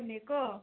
ꯍꯣꯏꯅꯦꯀꯣ